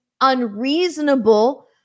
unreasonable